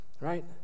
right